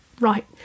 Right